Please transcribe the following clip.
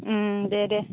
दे दे